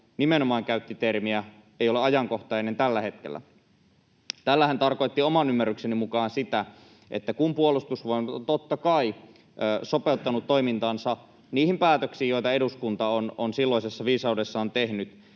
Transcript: nimenomaan käytti termiä ”ei ole ajankohtainen tällä hetkellä”. Tällä hän tarkoitti oman ymmärrykseni mukaan sitä, että kun Puolustusvoimat on totta kai sopeuttanut toimintansa niihin päätöksiin, joita eduskunta on silloisessa viisaudessaan tehnyt,